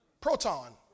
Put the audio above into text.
Proton